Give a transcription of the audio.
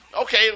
okay